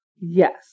Yes